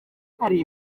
hari